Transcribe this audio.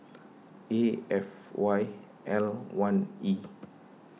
A F Y L one E